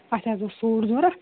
اَسہِ حظ اوس سوٗٹ ضروٗرت